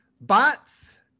bots